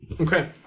Okay